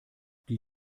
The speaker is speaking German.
die